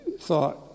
thought